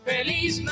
Feliz